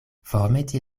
formeti